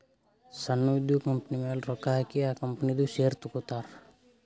ಸಣ್ಣು ಇದ್ದಿವ್ ಕಂಪನಿಮ್ಯಾಲ ರೊಕ್ಕಾ ಹಾಕಿ ಆ ಕಂಪನಿದು ಶೇರ್ ತಗೋತಾರ್